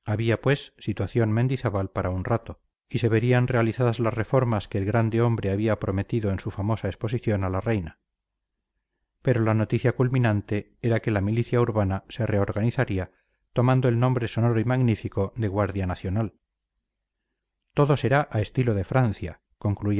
había pues situación mendizábal para un rato y se verían realizadas las reformas que el grande hombre había prometido en su famosa exposición a la reina pero la noticia culminante era que la milicia urbana se reorganizaría tomando el nombre sonoro y magnífico de guardia nacional todo será a estilo de francia